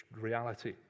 reality